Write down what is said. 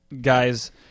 guys